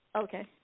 okay